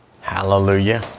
Hallelujah